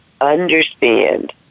understand